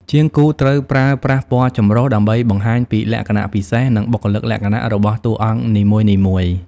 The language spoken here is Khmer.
ជាងគូរត្រូវប្រើប្រាស់ពណ៌ចម្រុះ ដើម្បីបង្ហាញពីលក្ខណៈពិសេស និងបុគ្គលិកលក្ខណៈរបស់តួអង្គនីមួយៗ។